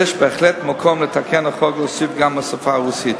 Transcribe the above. יש בהחלט מקום לתקן את החוק ולהוסיף גם את השפה הרוסית.